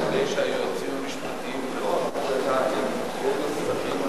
המשפטיים בדקו את השאלה עם כל השרים הנוגעים בדבר,